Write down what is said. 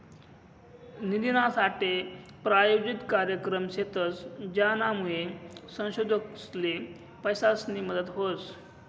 निधीनासाठे प्रायोजित कार्यक्रम शेतस, ज्यानामुये संशोधकसले पैसासनी मदत व्हस